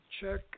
Check